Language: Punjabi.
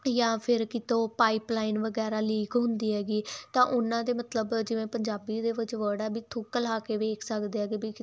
ਜਾਂ ਫਿਰ ਕਿਤੋਂ ਪਾਈਪਲਾਈਨ ਵਗੈਰਾ ਲੀਕ ਹੁੰਦੀ ਹੈਗੀ ਤਾਂ ਉਹਨਾਂ ਦੇ ਮਤਲਬ ਜਿਵੇਂ ਪੰਜਾਬੀ ਦੇ ਵਿੱਚ ਵਰਡ ਆ ਵੀ ਥੁੱਕ ਲਾ ਕੇ ਵੇਖ ਸਕਦੇ ਹੈਗੇ ਵੀ